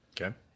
Okay